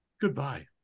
Goodbye